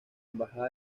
embajada